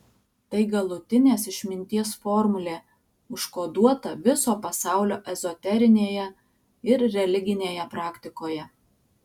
tai galutinės išminties formulė užkoduota viso pasaulio ezoterinėje ir religinėje praktikoje